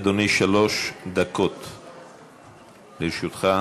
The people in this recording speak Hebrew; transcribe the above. אדוני, שלוש דקות לרשותך.